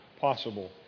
possible